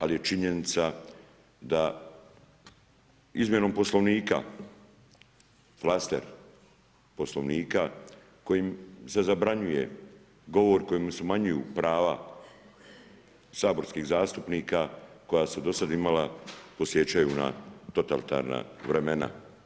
Ali je činjenica da izmjenom Poslovnika, … Poslovnika kojim se zabranjuje govor kojim smanjuju prava saborskih zastupnika koja su do sad imala, podsjećaju na totalitarna vremena.